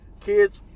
kids